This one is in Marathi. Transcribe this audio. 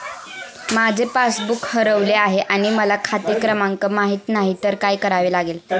माझे पासबूक हरवले आहे आणि मला खाते क्रमांक माहित नाही तर काय करावे लागेल?